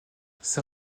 ces